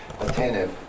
attentive